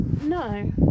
No